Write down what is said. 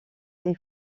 est